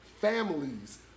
families